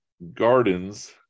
gardens